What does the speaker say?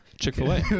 Chick-fil-A